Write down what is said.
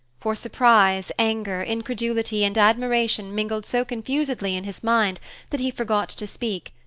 for surprise, anger, incredulity, and admiration mingled so confusedly in his mind that he forgot to speak,